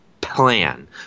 plan